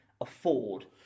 afford